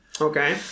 Okay